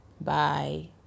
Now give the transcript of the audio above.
bye